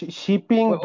shipping